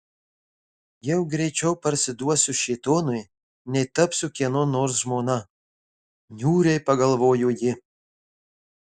jau greičiau parsiduosiu šėtonui nei tapsiu kieno nors žmona niūriai pagalvojo ji